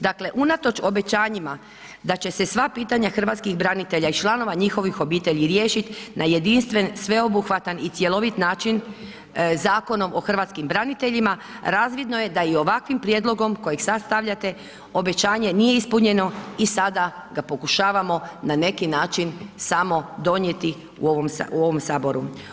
Dakle, unatoč obećanjima da će se sva pitanja Hrvatskih branitelja i članova njihovih obitelji riješit na jedinstven, sveobuhvatan i cjelovit način Zakonom o Hrvatskim braniteljima razvidno je da i ovakvim prijedlogom kojeg sad stavljate, obećanje nije ispunjeno i sada ga pokušavamo na neki način samo donijeti u ovom saboru.